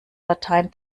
latein